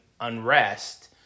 unrest